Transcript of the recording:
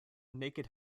naked